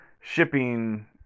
shipping